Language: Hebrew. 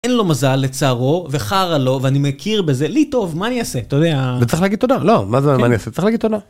אין לו מזל לצערו וחרא לו ואני מכיר בזה לי טוב מה אני עושה אתה יודע. וצריך להגיד תודה, מה זה מה אני אעשה? צריך להגיד תודה